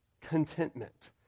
contentment